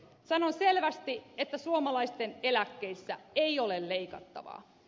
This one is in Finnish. sanon selvästi että suomalaisten eläkkeissä ei ole leikattavaa